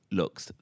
looks